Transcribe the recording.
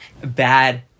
bad